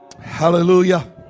Hallelujah